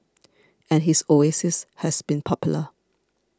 and his oasis has been popular